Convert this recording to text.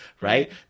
Right